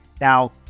Now